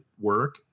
work